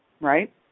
right